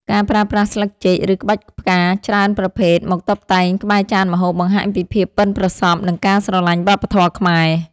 ការប្រើប្រាស់ស្លឹកចេក ឬក្បាច់ផ្កាច្រើនប្រភេទមកតុបតែងក្បែរចានម្ហូប បង្ហាញពីភាពប៉ិនប្រសប់ និងការស្រឡាញ់វប្បធម៌ខ្មែរ។